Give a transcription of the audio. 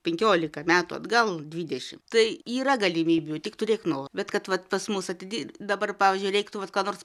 penkiolika metų atgal dvidešimt tai yra galimybių tik turėk noro bet kad vat pas mus atidi dabar pavyzdžiui reiktų vat ką nors